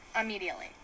immediately